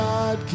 God